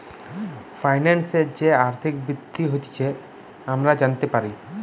ফাইন্যান্সের যে আর্থিক বৃদ্ধি হতিছে আমরা জানতে পারি